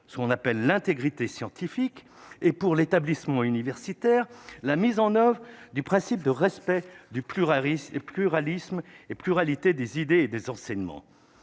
ce qu'on appelle l'intégrité scientifique et pour l'établissement universitaire, la mise en oeuvre du principe de respect du pluralisme et pluralisme et pluralité des idées et des enseignements,